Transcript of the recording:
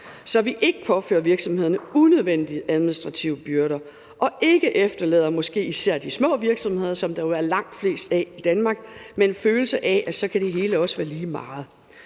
så vi ikke påfører virksomhederne unødvendige administrative byrder og ikke efterlader måske især de små virksomheder – som der jo er langt flest af i Danmark – med en følelse af, at så kan det hele også være lige meget.